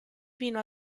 vino